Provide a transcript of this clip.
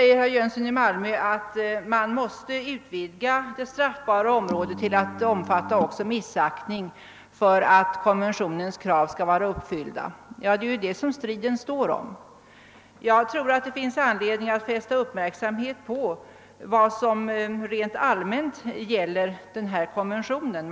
Herr Jönsson i Malmö säger att man måste utvidga det straffbara området till att också omfatta >»missaktning« för att konventionens krav skall vara uppfyllda. Det är ju det som striden står om. Jag tror att det finns anledning att fästa uppmärksamhet vid vad som rent allmänt gäller den lär konventionen.